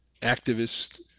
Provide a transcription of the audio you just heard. activist